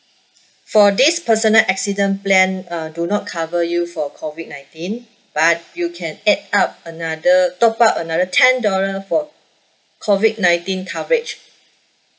for this personal accident plan uh do not cover you for COVID nineteen but you can add up another top up another ten dollar for COVID nineteen coverage